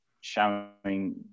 showing